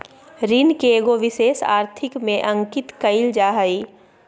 ऋण के एगो विशेष आर्थिक में अंकित कइल जा हइ